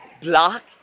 block